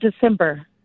december